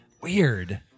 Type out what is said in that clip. Weird